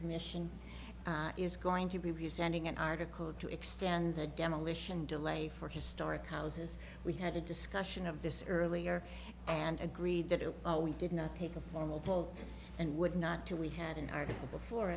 commission is going to be sending an article to extend the demolition delay for historic houses we had a discussion of this earlier and agreed that if we did not take a formal poll and would not to we had an article before